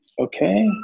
Okay